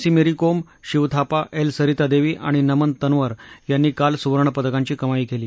C Mary Kom Shiva Thapa L Sarita Devi आणि नमन तनवर यांनी काल सुवर्ण पदकांची कमाई केली